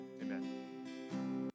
amen